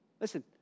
Listen